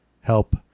Help